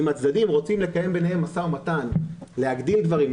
אם הצדדים רוצים לקיים ביניהם משא-ומתן להקדים דברים,